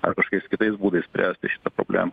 ar kažkokiais kitais būdais spręsti šitą problemą